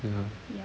ya